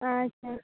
ᱟᱪᱪᱷᱟ